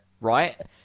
Right